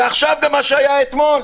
ועכשיו גם מה שהיה אתמול.